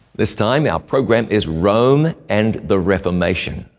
this time, our program is rome and the reformation.